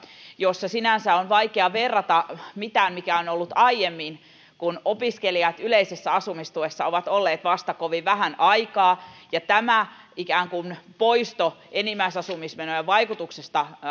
jossa sinänsä on vaikea verrata mitään mikä on ollut aiemmin kun opiskelijat yleisessä asumistuessa ovat olleet vasta kovin vähän aikaa ja tämä ikään kuin poisto enimmäisasumismenojen vaikutuksesta